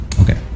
Okay